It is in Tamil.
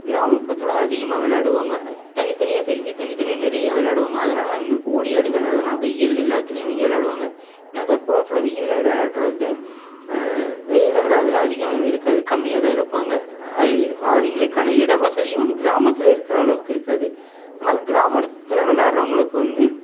கிராமப்புறத்தில் அதிகமாக விளாடுவாங்க அது தனித்தனியாக பிரிந்து தனித்தனியாக நிறையா விளாடுவாங்க அதனால அவங்களுக்கு ஓடி ஆடி விளாட்றதுனால வெயில் எல்லாத்தலேயும் அவங்க விளாடுவாங்க நகர்ப்புறத்தில் வெயிலில் விளையாட்றது வெயிலில் விளாட்றதுலாம் அதிகம் இருக்காது கம்மியாகதான் இருப்பாங்க அவி அவங்களுக்கான இட வசதியும் கிராமத்தில் இருக்கிற அளவுக்கு இருக்காது ஆனால் கிராமத்தில் விளாட்றவங்களுக்கு வந்து